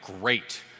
great